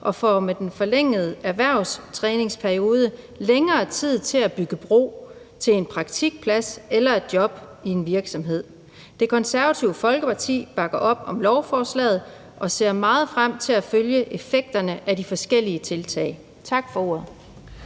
og får med den forlængede erhvervstræningsperiode længere tid til at bygge bro til en praktikplads eller et job i en virksomhed. Det Konservative Folkeparti bakker op om lovforslaget og ser meget frem til at følge effekterne af de forskellige tiltag. Tak for ordet.